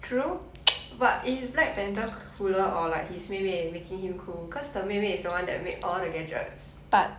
true but is black panther cooler or like his 妹妹 making him cool cause the 妹妹 is the one that made all the gadgets